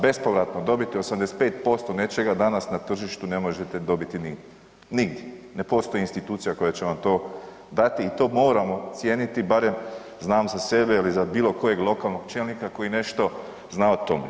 Bespovratno dobiti 85% nečega danas na tržištu ne možete dobiti nigdje, nigdje, ne postoji institucija koja će vam to dati i to moramo cijeniti barem znam za sebe ili za bilo kojeg lokalnog čelnika koji nešto zna o tome.